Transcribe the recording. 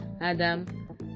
Adam